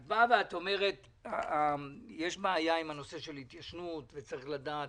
את אומרת שיש בעיה עם הנושא של התיישנות וצריך לדעת